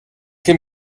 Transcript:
can